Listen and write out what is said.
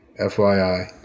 FYI